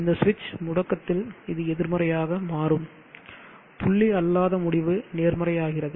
இந்த சுவிட்ச் முடக்கத்தில் இது எதிர்மறையாக மாறும் புள்ளி அல்லாத முடிவு நேர்மறையாகிறது